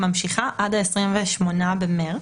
ממשיכה עד ה-28 במרץ.